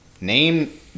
Name